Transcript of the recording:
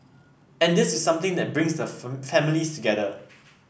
and this is something that brings the families together